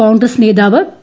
കോൺഗ്രസ് നേതാവ് പി